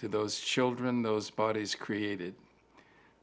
to those children those bodies created